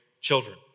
children